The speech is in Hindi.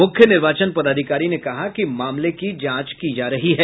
मुख्य निर्वाचन पदाधिकारी ने कहा कि मामले की जांच की जा रही है